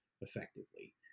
effectively